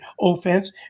offense